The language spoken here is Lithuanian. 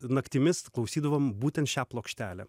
naktimis klausydavom būtent šią plokštelę